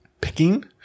picking